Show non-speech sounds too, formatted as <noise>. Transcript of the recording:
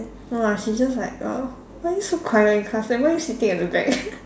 no ah she just like err why you so quiet in class and why you sitting at the back <laughs>